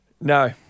No